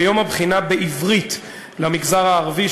ביום הבחינה בעברית למגזר הערבי,